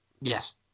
Yes